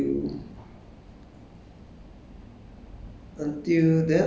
mm 应该 is from my school time until